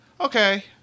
okay